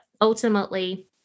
ultimately